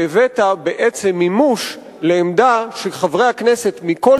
והבאת בעצם מימוש לעמדה שחברי הכנסת מכל